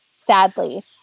sadly